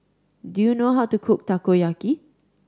do you know how to cook Takoyaki